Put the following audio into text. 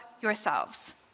yourselves